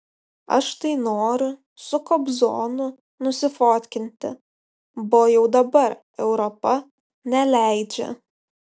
aš tai noriu su kobzonu nusifotkinti bo jau dabar europa neleidžia